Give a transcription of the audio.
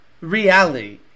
reality